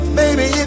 baby